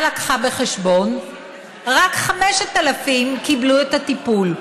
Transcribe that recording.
הביאה בחשבון רק 5,000 קיבלו את הטיפול?